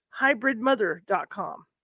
hybridmother.com